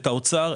את האוצר,